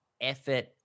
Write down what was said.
effort